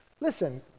Listen